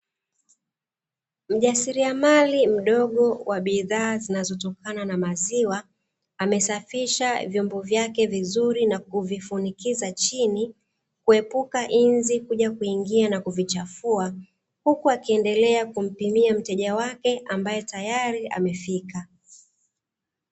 Mjasiriamali mdogo wa bidhaa zinazotokana na maziwa amesafisha vyombo vyake vizuri na kuvifunikiza chini kuepuka nzi kuja kuingia na kuchagua, huku akiendelea kumpimia mteja wake ambaye tayari amefika.